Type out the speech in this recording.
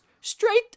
straight